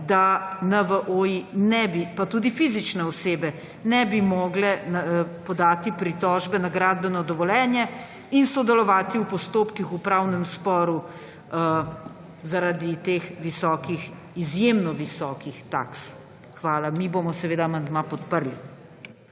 da NVO pa tudi fizične osebe ne bi mogle podati pritožbe na gradbeno dovoljenje in sodelovati v postopkih v pravnem sporu zaradi teh izjemno visokih taks. Mi bomo seveda amandma podprli.